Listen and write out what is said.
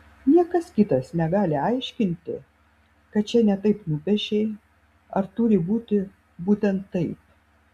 niekas kitas negali aiškinti kad čia ne taip nupiešei ar turi būti būtent taip